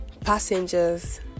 passengers